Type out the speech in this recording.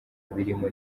birimo